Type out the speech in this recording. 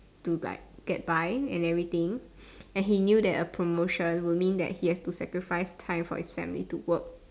to like get by and everything and he knew that a promotion would mean that he has to sacrifice time for his family to work